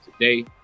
today